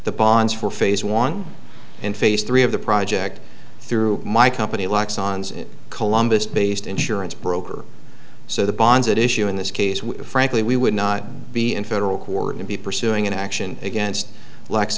the bonds for phase one and phase three of the project through my company locks ons in columbus based insurance broker so the bonds issue in this case we frankly we would not be in federal court to be pursuing an action against la